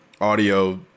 audio